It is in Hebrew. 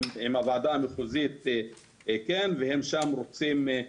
עם הוועדה המחוזית והם שם רוצים,